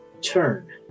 turn